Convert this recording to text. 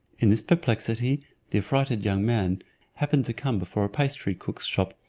in this perplexity the affrighted young man happened to come before a pastry-cook's shop,